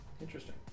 Interesting